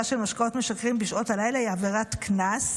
של משקאות משכרים בשעות הלילה היא עבירת קנס,